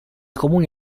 comuni